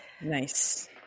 Nice